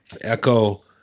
Echo